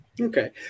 Okay